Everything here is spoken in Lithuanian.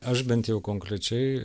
aš bent jau konkrečiai